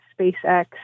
SpaceX